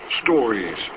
stories